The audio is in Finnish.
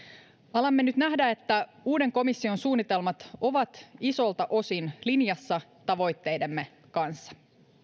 alamme nyt nähdä että uuden komission suunnitelmat ovat isolta osin linjassa tavoitteidemme kanssa